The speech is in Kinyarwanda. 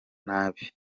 nabi